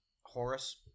Horus